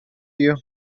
you